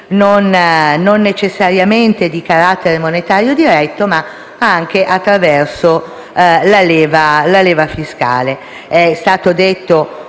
non necessariamente di carattere monetario diretto, ma anche attraverso la leva fiscale.